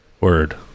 Word